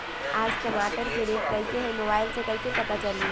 आज टमाटर के रेट कईसे हैं मोबाईल से कईसे पता चली?